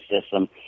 system